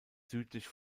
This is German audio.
südlich